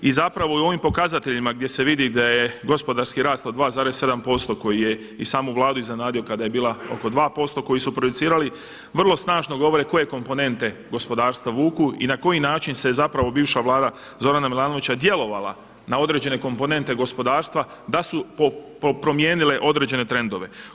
I zapravo i u ovim pokazateljima gdje se vidi da je gospodarski rast od 2,7% koji je i samu Vladu iznenadio kada je bila oko 2%, koji su projicirali vrlo snažno govore koje komponente gospodarstvo vuku i na koji način se zapravo bivša Vlada Zorana Milanovića djelovala na određene komponente gospodarstva da su promijenile određene trendove.